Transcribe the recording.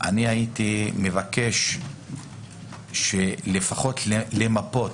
הייתי מבקש לפחות למפות,